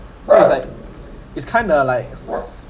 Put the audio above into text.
whereas like it's kinda like